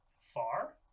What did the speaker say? far